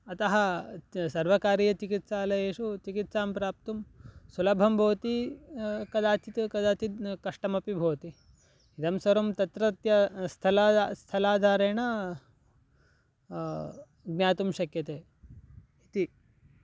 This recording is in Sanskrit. अतः च सर्वकारीयचिकित्सालयेषु चिकित्सां प्राप्तुं सुलभं भवति कदाचित् कदाचिद् कष्टमपि भवति इदं सर्वं तत्रत्यं स्थलात् स्थलाधारेण ज्ञातुं शक्यते इति